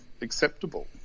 acceptable